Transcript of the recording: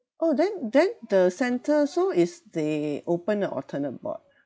oh then then the centre so is they open a alternate board